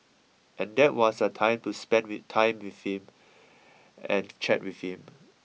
and that was a time to spend the time with him and chat with him